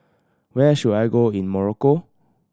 where should I go in Morocco